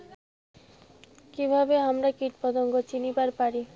কিভাবে হামরা কীটপতঙ্গ চিনিবার পারি?